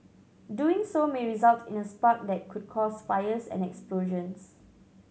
doing so may result in a spark that could cause fires and explosions